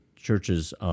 Churches